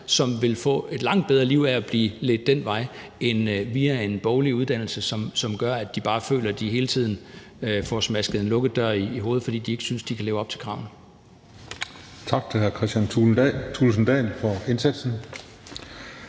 som vil få et langt bedre liv af at blive ledt den vej end til en boglig uddannelse, som gør, at de bare føler, at de hele tiden får smasket en lukket dør i hovedet, fordi de ikke synes de kan leve op til kravene. Kl. 13:34 Den fg. formand